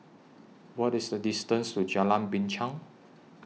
What IS The distance to Jalan Binchang